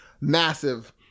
massive